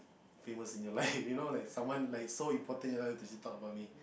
they was in your life you know like someone like so important you like to see talk about me